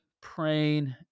praying